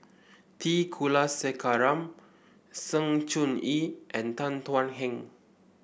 T Kulasekaram Sng Choon Yee and Tan Thuan Heng